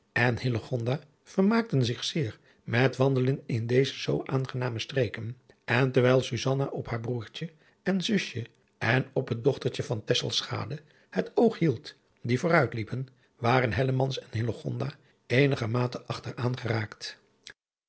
en hillegonda vermaakten zich zeer met wandelen in deze zoo aangename streken en terwijl susanna op haar broêrtje en zusje en op het dochtertje van tesselschade het oog hield die vooruit liepen waren hellemans en hillegonda eenigermate achter aan geraakt